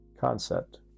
concept